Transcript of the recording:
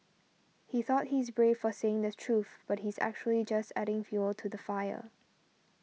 he thought he is brave for saying the truth but he's actually just adding fuel to the fire